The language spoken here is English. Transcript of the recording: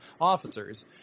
officers